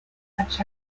such